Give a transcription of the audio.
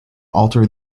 alter